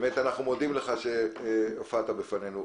אנחנו מודים לך שהופעת לפנינו.